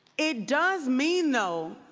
it does mean, though,